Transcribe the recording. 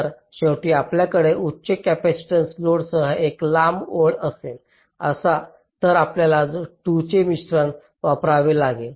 तर शेवटी आपल्याकडे उच्च कॅपेसिटन्स लोडसह एक लांब ओळ असेल तर आपल्याला 2 चे मिश्रण वापरावे लागेल